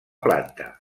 planta